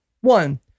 one